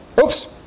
Oops